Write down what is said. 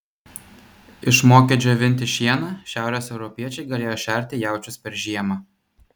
išmokę džiovinti šieną šiaurės europiečiai galėjo šerti jaučius per žiemą